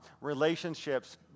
relationships